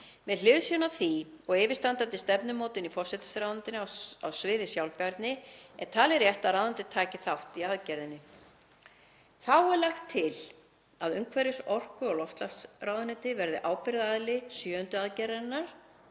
Með hliðsjón af því og yfirstandandi stefnumótun í forsætisráðuneytinu á sviði sjálfbærni er talið rétt að ráðuneytið taki þátt í aðgerðinni. Þá er lagt til að umhverfis-, orku- og loftslagsráðuneyti verði ábyrgðaraðili sjöundu aðgerðarinnar